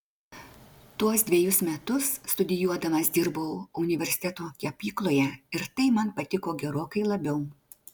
tuos dvejus metus studijuodamas dirbau universiteto kepykloje ir tai man patiko gerokai labiau